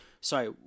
Sorry